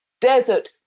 Desert